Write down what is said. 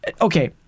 Okay